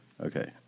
Okay